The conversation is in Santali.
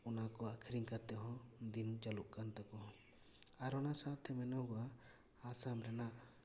ᱚᱱᱟ ᱠᱚ ᱟᱹᱠᱷᱨᱤᱧ ᱠᱟᱛᱮ ᱦᱚᱸ ᱫᱤᱱ ᱸᱪᱟᱹᱞᱩᱜ ᱠᱟᱱ ᱛᱟᱠᱚᱣᱟ ᱟᱨ ᱚᱱᱟ ᱥᱟᱶᱛᱮ ᱢᱮᱱᱚᱜᱚᱜᱼᱟ ᱟᱥᱟᱢ ᱨᱮᱱᱟᱜ